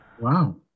Wow